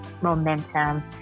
Momentum